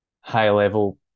high-level